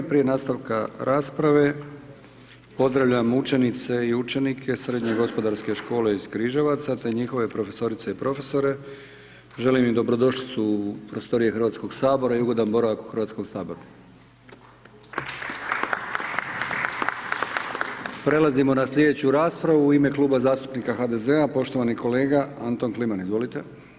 Prije nastavka rasprave pozdravljam učenice i učenike Srednje gospodarske škole iz Križevaca te njihove profesorice i profesore, želim im dobrodošlicu u prostorije u Hrvatskog sabora i ugodan boravak u Hrvatskom saboru. Prelazimo na slijedeću raspravu u ime Kluba zastupnika HDZ-a poštovani kolega Anton Kliman, izvolite.